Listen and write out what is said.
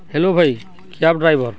hello ଭାଇ cab driver